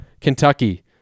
Kentucky